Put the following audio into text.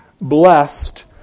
blessed